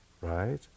right